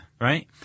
Right